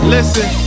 Listen